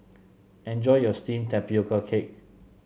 enjoy your steamed Tapioca Cake